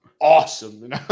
awesome